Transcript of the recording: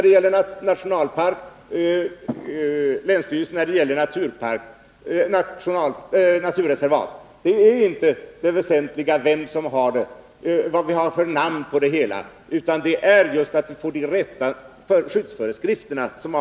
Det är inte det väsentliga vad vi har för namn på det hela, utan det avgörande är att vi får de rätta skyddsföreskrifterna.